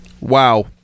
Wow